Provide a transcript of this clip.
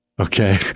okay